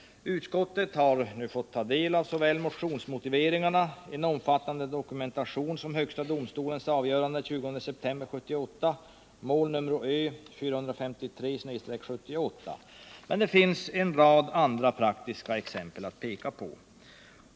Utskottet har nu fått ta del av såväl motionsmotiveringarna som en omfattande dokumentation, såsom högsta domstolens avgörande den 20 september 1978 i mål Ö 453/78. Men det finns en rad andra praktiska exempel att peka på.